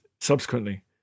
subsequently